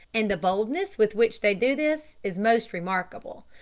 and the boldness with which they do this is most remarkable.